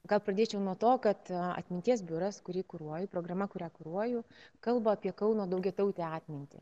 gal pradėčiau nuo to kad atminties biuras kurį kuruoju programa kurią kuruoju kalba apie kauno daugiatautę atmintį